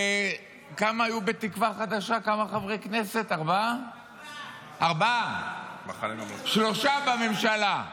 כמה חברי כנסת היו בתקווה חדשה, ארבעה?